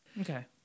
okay